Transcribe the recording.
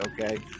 Okay